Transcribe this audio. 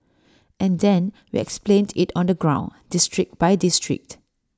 and then we explained IT on the ground district by district